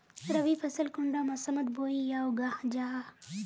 रवि फसल कुंडा मोसमोत बोई या उगाहा जाहा?